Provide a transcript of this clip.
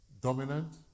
dominant